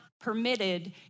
permitted